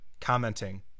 commenting